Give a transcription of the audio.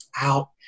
out